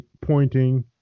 pointing